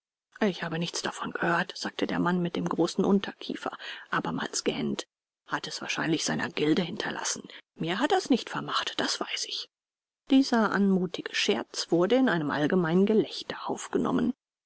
ich habe nichts davon gehört sagte der mann mit dem großen unterkinn abermals gähnend hat es wahrscheinlich seiner gilde hinterlassen mir hat er's nicht vermacht das weiß ich dieser anmutige scherz wurde mit einem allgemeinen gelächter aufgenommen